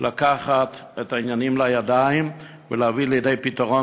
לקחת את העניינים לידיים ולהביא לידי פתרון